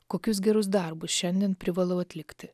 kokius gerus darbus šiandien privalau atlikti